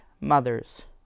mothers